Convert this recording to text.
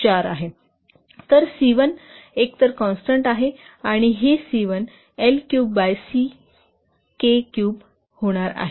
तर C1 एकतर constant आहे आणि ही C1 L cube by C K cube होणार आहे